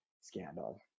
scandal